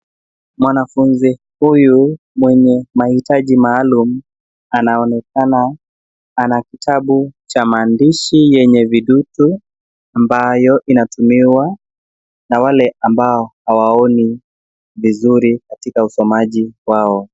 Mwanafunzi huyu mwenye mahitaji maalum anaonekana ana kitabu cha maandishi yenye vidutu ambayo inatumiwa na wale ambao hawaoni vizuri katika usomaji wao.